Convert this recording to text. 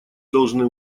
должны